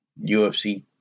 UFC